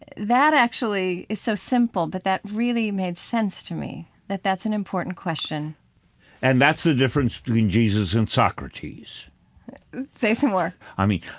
that that actually is so simple but that really made sense to me, that that's an important question and that's the difference between jesus and socrates say some more i mean,